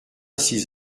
six